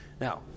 now